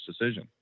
decision